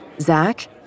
Zach